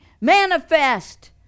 Manifest